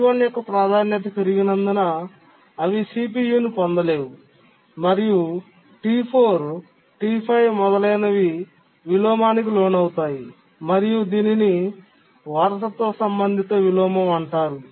T1 యొక్క ప్రాధాన్యత పెరిగినందున అవి CPU ను పొందలేవు మరియు T4 T5 మొదలైనవి విలోమానికి లోనవుతాయి మరియు దీనిని వారసత్వ సంబంధిత విలోమం అంటారు